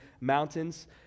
mountains